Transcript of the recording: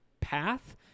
path